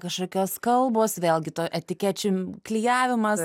kažkokios kalbos vėlgi to etikečių klijavimas